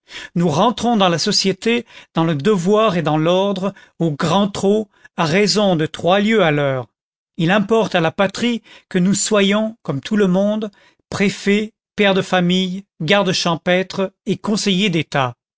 nous rentrons dans la société dans le devoir et dans l'ordre au grand trot à raison de trois lieues à l'heure il importe à la patrie que nous soyons comme tout le monde préfets pères de famille gardes champêtres et conseillers d'état